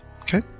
Okay